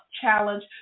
Challenge